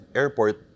airport